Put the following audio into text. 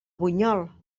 bunyol